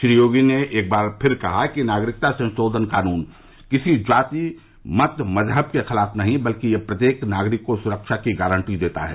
श्री योगी ने एक बार फिर कहा कि नागरिकता संशोधन कानून किसी जाति मत मजहब के खिलाफ नहीं है बल्कि यह प्रत्येक नागरिक को सुरक्षा की गारंटी देता है